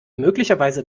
möglicherweise